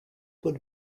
would